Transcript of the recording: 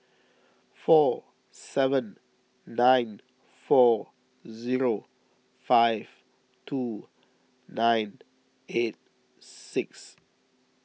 four seven nine four zero five two nine eight six